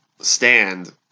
stand